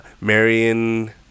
Marion